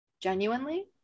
Genuinely